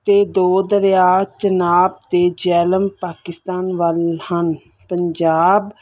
ਤੇ ਦੋ ਦਰਿਆ ਚਨਾਬ ਤੇ ਜੇਹਲਮ ਪਾਕਿਸਤਾਨ ਵੱਲ ਹਨ ਪੰਜਾਬ